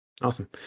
Awesome